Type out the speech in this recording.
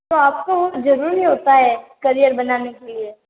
तो आप को वो ज़रूरी होता है करियर बनाने के लिए